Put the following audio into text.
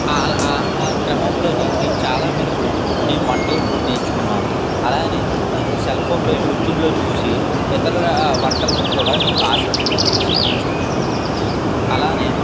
అలా ఆ క్రమంలో నేను చాలా మేరకు నేను వంటలను నేర్చుకున్నాను అలాగే నే సెల్ ఫోన్లో యూట్యూబ్లో చూసి ఇతర వంటలను కూడా నేను ఆసక్తిగా చూసి నేర్చుకునే వాడిని అలాగే